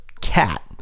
cat